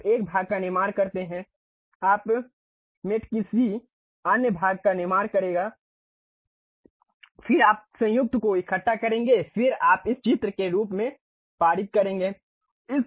आप एक भाग का निर्माण करते हैं आपका मित्र किसी अन्य भाग का निर्माण करेगा फिर आप संयुक्त को इकट्ठा करेंगे फिर आप इसे चित्र के रूप में पारित करेंगे